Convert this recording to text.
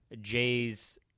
Jay's